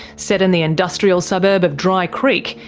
set in the industrial suburb of dry creek,